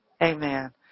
Amen